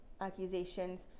accusations